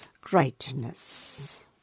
greatness